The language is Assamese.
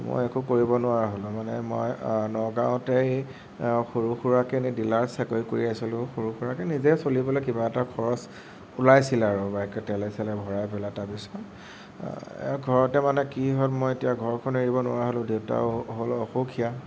মই একো কৰিব নোৱাৰা হ'লো মানে মই নগাঁৱতেই সৰু সুৰাকে এনেই ডিলাৰত চাকৰি কৰি আছিলোঁ সৰু সুৰাকে নিজেই চলিবলৈ কিবা এটা খৰচ ওলাইছিল আৰু বাইকত তেলে চেলে ভৰাই পেলাই তাৰপিছত এয়া ঘৰতে মানে কি হ'ল মই এতিয়া ঘৰখন এৰিব নোৱাৰা হ'লো দেউতাও হ'ল অসুখীয়া